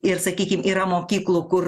ir sakykim yra mokyklų kur